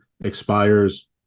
expires